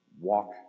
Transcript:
walk